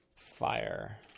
fire